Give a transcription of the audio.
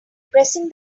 pressing